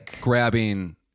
grabbing